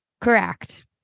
Correct